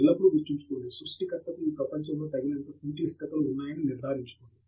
ఎల్లప్పుడూ గుర్తుంచుకోండి సృష్టికర్తకు ఈ ప్రపంచంలో తగినంత సంక్లిష్టతలు ఉన్నాయని నిర్ధారించుకోండి